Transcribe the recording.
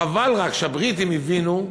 חבל רק שהבריטים הבינו,